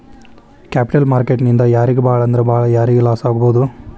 Capital market ನಿಂದಾ ಯಾರಿಗ್ ಭಾಳಂದ್ರ ಭಾಳ್ ಯಾರಿಗ್ ಲಾಸಾಗ್ಬೊದು?